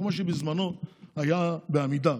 כמו שבזמנו היה בעמידר.